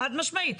חד משמעית.